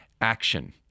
action